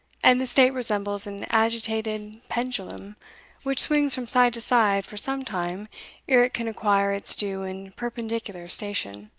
and the state resembles an agitated pendulum which swings from side to side for some time ere it can acquire its due and perpendicular station.